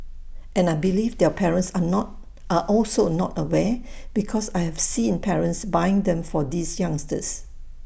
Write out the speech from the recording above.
and I believe their parents are also not aware because I have seen parents buying them for these youngsters